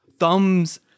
Thumbs